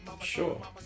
Sure